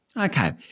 Okay